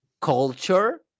culture